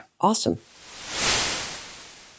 Awesome